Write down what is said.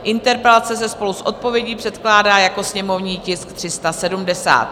Interpelace se spolu s odpovědí předkládá jako sněmovní tisk 370.